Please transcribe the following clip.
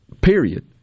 period